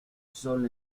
sólo